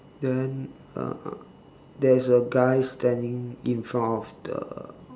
then uh there's a guy standing in front of the